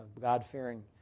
God-fearing